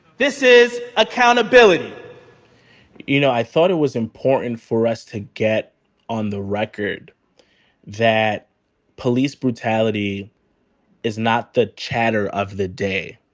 this is accountability you know, i thought it was important for us to get on the record that police brutality is not the chatter of the day.